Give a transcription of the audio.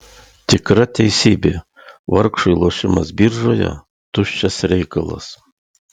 tikra teisybė vargšui lošimas biržoje tuščias reikalas